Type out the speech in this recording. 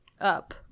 up